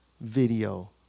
video